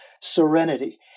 serenity